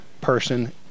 person